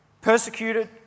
persecuted